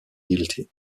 guilty